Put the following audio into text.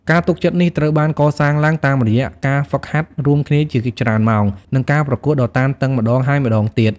ការទុកចិត្តនេះត្រូវបានកសាងឡើងតាមរយៈការហ្វឹកហាត់រួមគ្នាជាច្រើនម៉ោង និងការប្រកួតដ៏តានតឹងម្តងហើយម្តងទៀត។